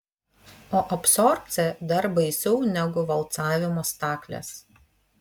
o absorbcija dar baisiau negu valcavimo staklės